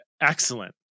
excellent